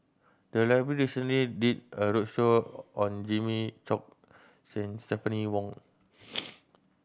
the library recently did a roadshow on Jimmy Chok Stephanie Wong